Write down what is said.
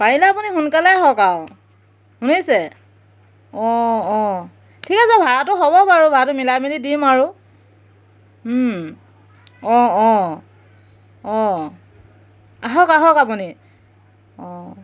পাৰিলে আপুনি সোনকালে আহক আৰু শুনিছে অঁ অঁ ঠিক আছে ভাড়াটো হ'ব বাৰু ভাড়াটো মিলাই মেলি দিম আৰু অঁ অঁ অঁ আহক আহক আপুনি অঁ